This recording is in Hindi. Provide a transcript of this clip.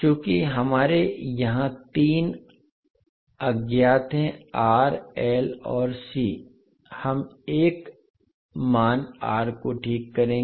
चूँकि हमारे यहाँ 3 अज्ञात हैं R L और C हम एक मान R को ठीक करेंगे